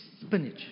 spinach